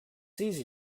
easy